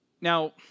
Now